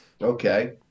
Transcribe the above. Okay